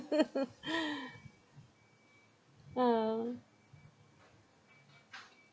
uh